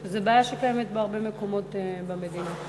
זו בעיה שקיימת בהרבה מקומות במדינה.